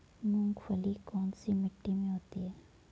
मूंगफली कौन सी मिट्टी में होती है?